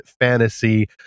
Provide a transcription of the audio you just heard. fantasy